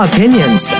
Opinions